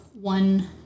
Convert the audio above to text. one